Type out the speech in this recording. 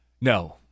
No